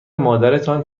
مادرتان